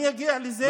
אני אגיע לזה,